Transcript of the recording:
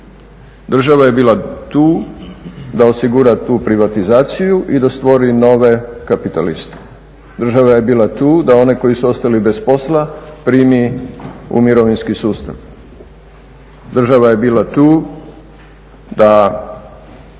Država je bila tu da osigura tu privatizaciju i da stvori nove kapitaliste, država je bila tu da one koji su ostali bez posla primi u mirovinski sustava, država je bila tu da